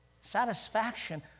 satisfaction